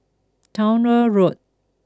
Towner Road